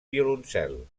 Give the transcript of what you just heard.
violoncel